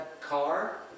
car